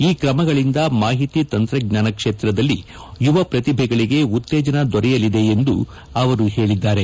ಈ ಕ್ರಮಗಳಿಂದ ಮಾಹಿತಿ ತಂತ್ರಜ್ಞಾನ ಕ್ಷೇತ್ರದಲ್ಲಿ ಯುವ ಪ್ರತಿಭೆಗಳಿಗೆ ಉತ್ತೇಜನ ದೊರೆಯಲಿದೆ ಎಂದು ಅವರು ಹೇಳಿದ್ದಾರೆ